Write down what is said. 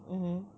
mmhmm